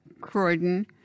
Croydon